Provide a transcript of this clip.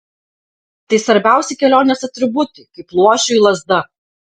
tai svarbiausi kelionės atributai kaip luošiui lazda